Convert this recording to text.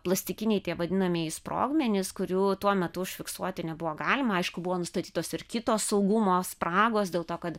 plastikiniai tie vadinamieji sprogmenys kurių tuo metu užfiksuoti nebuvo galima aišku buvo nustatytos ir kitos saugumo spragos dėl to kad